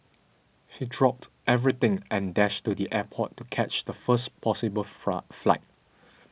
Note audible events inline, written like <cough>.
he dropped everything and dashed to the airport to catch the first possible <unintelligible> flight